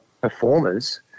performers